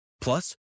Plus